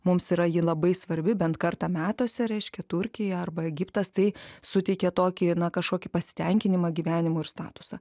mums yra ji labai svarbi bent kartą metuose reiškia turkija arba egiptas tai suteikia tokį kažkokį pasitenkinimą gyvenimu ir statusą